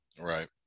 right